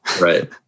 Right